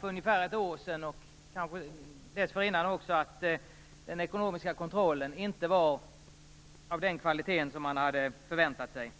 för ungefär ett år sedan, och kanske dessförinnan också, att den ekonomiska kontrollen inte var av den kvalitet man hade förväntat sig.